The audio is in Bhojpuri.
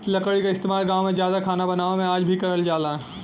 लकड़ी क इस्तेमाल गांव में जादा खाना बनावे में आज भी करल जाला